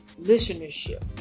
listenership